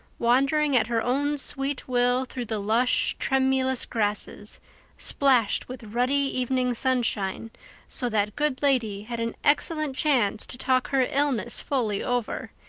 wandering at her own sweet will through the lush, tremulous grasses splashed with ruddy evening sunshine so that good lady had an excellent chance to talk her illness fully over,